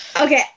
Okay